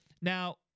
Now